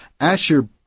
Asher